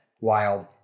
Wild